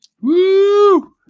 Woo